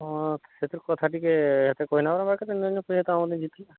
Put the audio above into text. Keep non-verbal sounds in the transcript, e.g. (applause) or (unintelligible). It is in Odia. ହଁ ସେଥିର କଥା ଟିକେ ଏତେ କହି ନ (unintelligible) ବାକି (unintelligible) ଜିତିଲା